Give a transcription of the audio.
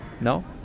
No